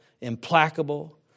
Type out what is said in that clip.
implacable